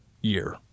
year